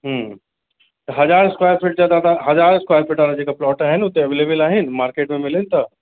हू हज़ार square feet जो दादा हज़ार स्क्वेर फिट वारा जेका प्लोट आहिनि उते अवेलेबिल आहिनि मार्केट में मिलनि था